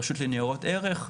מהרשות לניירות ערך,